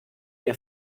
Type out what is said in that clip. der